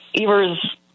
Evers